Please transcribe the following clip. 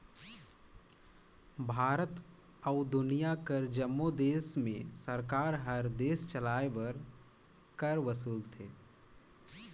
भारत अउ दुनियां कर जम्मो देस में सरकार हर देस चलाए बर कर वसूलथे